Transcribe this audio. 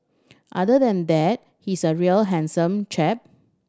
other than that he's a real handsome chap